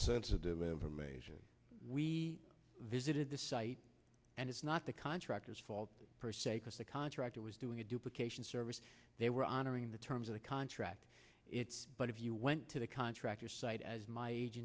sensitive information we visited the site and it's not the contractors fault per se because the contractor was doing a duplications service they were honoring the terms of the contract it's but if you went to the contractor site as my age